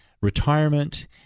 retirement